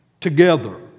Together